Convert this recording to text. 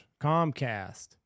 comcast